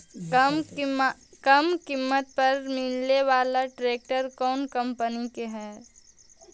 कम किमत पर मिले बाला ट्रैक्टर कौन कंपनी के है?